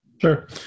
Sure